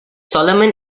solomon